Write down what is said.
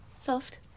Soft